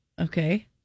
Okay